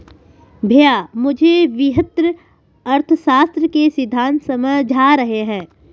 भैया मुझे वृहत अर्थशास्त्र के सिद्धांत समझा रहे हैं